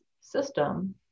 system